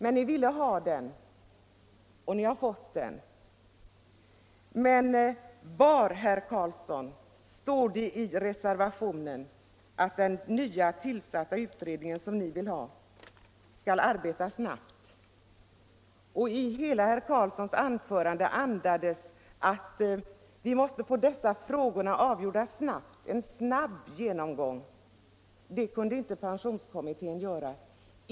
Var, herr Carlsson i Vikmanshyttan, står det i reservationen att den nya utredning som ni vill ha tillsatt skall arbeta snabbt? Hela herr Carlssons anförande andades att vi måste få dessa frågor avgjorda snabbt. En snabb genomgång kunde inte pensionskommittén åstadkomma.